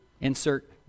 insert